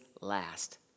last